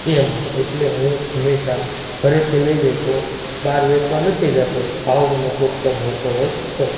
એ માટે એટલે હું હંમેશાં ઘરેથી લઈ જાય તો બાર વેચવા નથી જતો ભાવ મને પૂરતો મળતો હોય તો